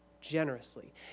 Generously